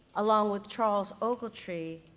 along with charles ogletree,